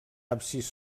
absis